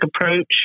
approach –